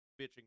bitching